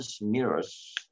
mirrors